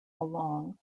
along